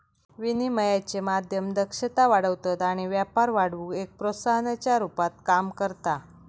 विनिमयाचे माध्यम दक्षता वाढवतत आणि व्यापार वाढवुक एक प्रोत्साहनाच्या रुपात काम करता